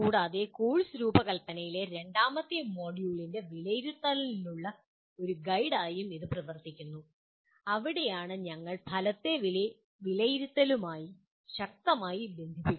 കൂടാതെ കോഴ്സ് രൂപകൽപ്പനയിലെ രണ്ടാമത്തെ മൊഡ്യൂളിലെ വിലയിരുത്തലിനുള്ള ഒരു ഗൈഡായും ഇത് പ്രവർത്തിക്കുന്നു അവിടെയാണ് ഞങ്ങൾ ഫലത്തെ വിലയിരുത്തലുമായി ശക്തമായി ബന്ധിപ്പിക്കുന്നത്